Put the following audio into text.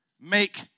Make